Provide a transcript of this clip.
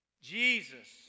Jesus